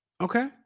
Okay